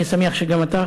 אני שמח שגם אתה,